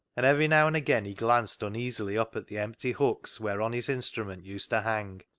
and every now and again he glanced uneasily up at the empty hooks whereon his instrument used to hang.